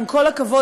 עם כל הכבוד,